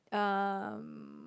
um